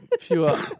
Fewer